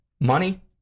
money